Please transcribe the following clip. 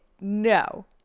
no